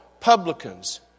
Publicans